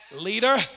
Leader